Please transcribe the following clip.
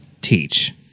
teach